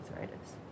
arthritis